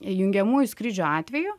jungiamųjų skrydžių atveju